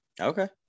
Okay